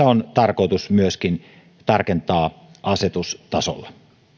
on tarkoitus tarkentaa myöskin asetustasolle